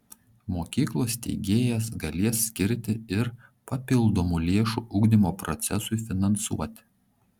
mokyklos steigėjas galės skirti ir papildomų lėšų ugdymo procesui finansuoti